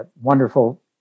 wonderful